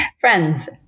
friends